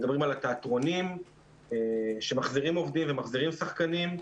מדברים על התיאטרונים שמחזירים עובדים ומחזירים שחקנים,